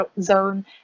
zone